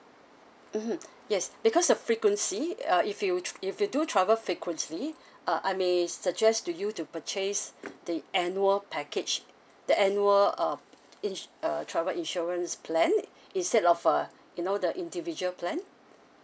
mmhmm yes because of frequency uh if you if you do travel frequently uh I may suggest to you to purchase the annual package the annual uh ins~ uh travel insurance plan instead of a you know the individual plan